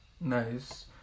Nice